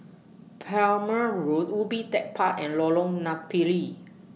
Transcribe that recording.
Palmer Road Ubi Tech Park and Lorong Napiri